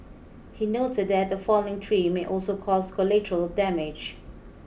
he noted that a falling tree may also cause collateral damage